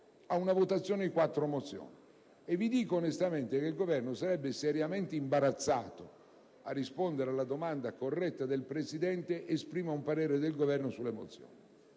ad una votazione delle quattro mozioni. E vi dico onestamente che il Governo sarebbe seriamente imbarazzato a rispondere alla domanda, corretta, del Presidente di esprimere il parere sulle mozioni,